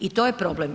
I to je problem.